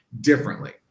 differently